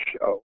show